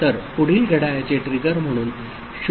तर पुढील घड्याळाचे ट्रिगर म्हणून 0 ही व्युत्पन्न होईल